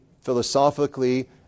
philosophically